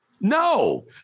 no